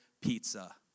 pizza